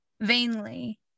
vainly